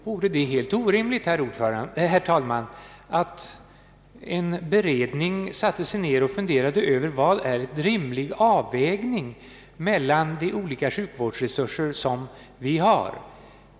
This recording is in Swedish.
Vore det helt orimligt, herr talman, att en beredning satte sig ned och funderade över vad som är en rimlig avvägning mellan de olika sjukvårdsresurser som vi har?